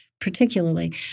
particularly